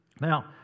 Now